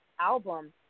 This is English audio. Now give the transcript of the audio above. album